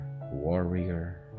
warrior